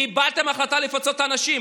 קיבלתם החלטה לפצות את האנשים,